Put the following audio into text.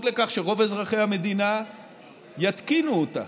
לכך שרוב אזרחי המדינה יתקינו אותה.